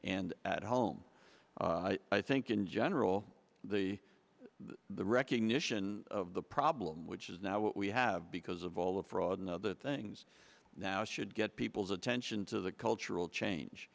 and at home i think in general the the recognition of the problem which is now what we have because of all the fraud and the things now should get people's attention to the cultural change